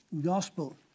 gospel